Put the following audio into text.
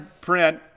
print